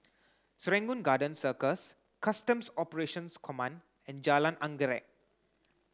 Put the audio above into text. Serangoon Garden Circus Customs Operations Command and Jalan Anggerek